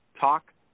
talk